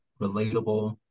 relatable